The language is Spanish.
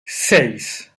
seis